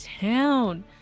town